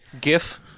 GIF